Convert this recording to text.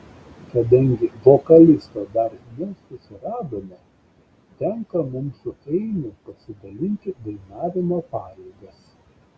kadangi vokalisto dar nesusiradome tenka mums su eimiu pasidalinti dainavimo pareigas